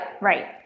right